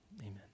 amen